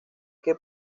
que